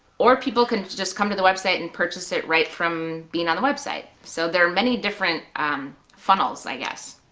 or people can just come to the website and purchase it right from being on the website. so there are many different funnels i guess.